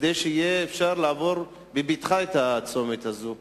כדי שיהיה אפשר לעבור בבטחה את הצומת הזה.